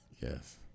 Yes